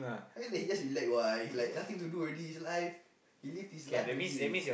I mean like he just relax what he like nothing to do already his life he live his life already